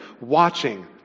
watching